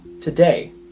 today